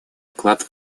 вклад